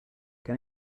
can